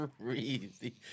Crazy